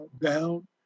down